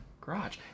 garage